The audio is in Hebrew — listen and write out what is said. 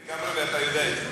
פיקטיבי, ואתה יודע את זה.